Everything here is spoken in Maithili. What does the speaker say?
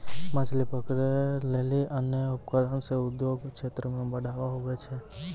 मछली पकड़ै लेली अन्य उपकरण से उद्योग क्षेत्र मे बढ़ावा हुवै छै